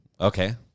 Okay